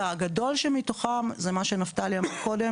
והגדול שמתוכם זה מה שנפתלי אמר קודם